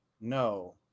No